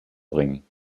bringen